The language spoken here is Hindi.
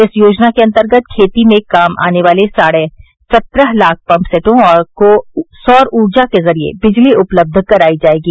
इस योजना के अंतर्गत खेती में काम आने वाले साढ़े सत्रह लाख पम्प सैटों को सौर ऊर्जा के जरिए बिजली उपलब्ध करायी जाएगी